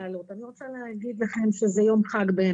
רוצה להגיד לכם שבעיניי זה יום חג.